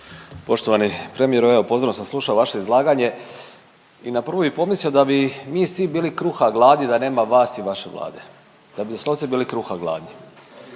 Poštovani premijeru, evo pozorno sam slušao vaše izlaganje i na prvu bih pomislio da bi mi svi bili kruha gladni da nema vas i vaše Vlade, da bi doslovce bili kruha gladni.